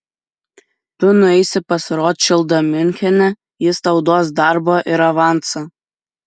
tu nueisi pas rotšildą miunchene jis tau duos darbo ir avansą